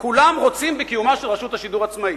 כולם רוצים בקיומה של רשות השידור עצמאית.